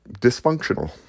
Dysfunctional